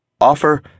Offer